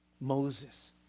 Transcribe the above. Moses